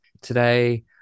today